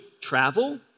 travel